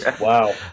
Wow